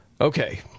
okay